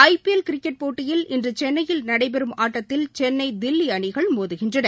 ஐ P L cricket போட்டியில் இன்று சென்னையில் நடைபெறும் ஆட்டத்தில் சென்னை தில்லி அணிகள் மோதுகின்னறன